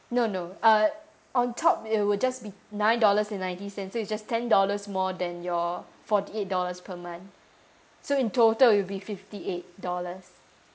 no no uh on top it would just be nine dollars and ninety cents so is just ten dollars more than your forty eight dollars per month so in total it'll be fifty eight dollars